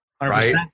right